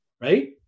Right